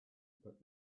but